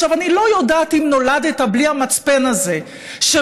אני לא יודעת אם נולדת בלי המצפן הזה שמבין